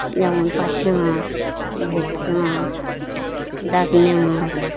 যেমন পার্শে মাছ ভেটকে মাছ দাঁতনে মাছ